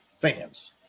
fans